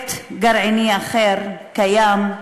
פרויקט גרעיני אחר, קיים,